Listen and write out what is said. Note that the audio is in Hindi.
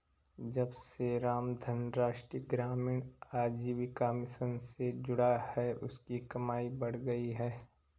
जब से रामधन राष्ट्रीय ग्रामीण आजीविका मिशन से जुड़ा है उसकी कमाई बढ़ गयी है